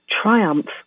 triumph